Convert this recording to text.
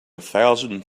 thousand